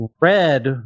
Red